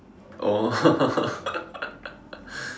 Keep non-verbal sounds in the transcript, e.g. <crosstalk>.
oh <laughs>